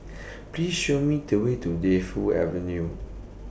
Please Show Me The Way to Defu Avenue